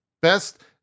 Best